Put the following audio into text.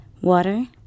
Water